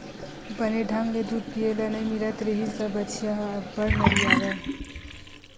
बने ढंग ले दूद पिए ल नइ मिलत रिहिस त बछिया ह अब्बड़ नरियावय